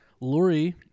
lori